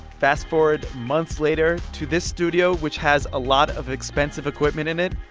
fast-forward months later to this studio, which has a lot of expensive equipment in it,